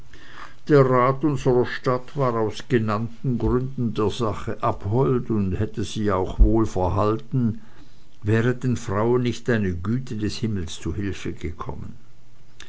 der rat unserer stadt war aus genannten gründen der sache abhold und hätte sie auch wohl verhalten wäre den frauen nicht eine güte des himmels zu hilfe gekommen